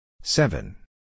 seven